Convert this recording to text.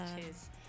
cheers